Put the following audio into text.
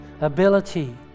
ability